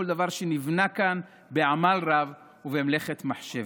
דבר שנבנה כאן בעמל רב ובמלאכת מחשבת.